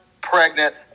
pregnant